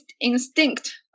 instinct